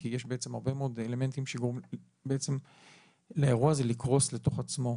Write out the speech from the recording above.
כי יש בעצם הרבה מאוד אלמנטים שגורמים בעצם לאירוע הזה לקרוס לתוך עצמו.